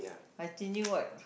I changing what